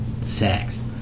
sex